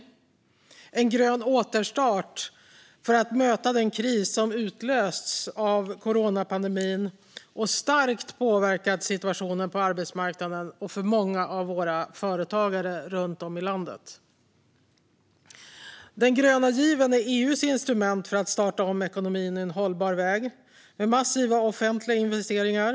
Vi behöver en grön återstart för att möta den kris som utlösts av coronapandemin och starkt påverkat situationen på arbetsmarknaden och för många av våra företagare runt om i landet. Den gröna given är EU:s instrument för att starta om ekonomin i en hållbar väg med massiva offentliga investeringar.